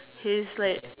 his like